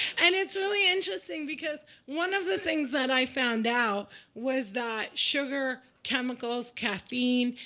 and it's really interesting, because one of the things that i found out was that sugar, chemicals, caffeine,